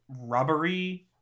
rubbery